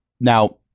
now